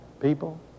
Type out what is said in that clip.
people